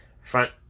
front